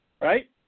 right